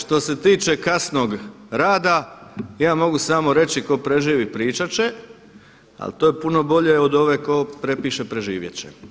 Što se tiče kasnog rada ja mogu samo reći ko preživi pričat će, ali to je puno bolje od ove ko prepiše preživjet će.